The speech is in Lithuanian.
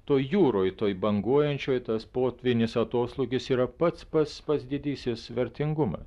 toj jūroj toj banguojančioj tas potvynis atoslūgis yra pats pats pats didysis vertingumas